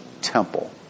temple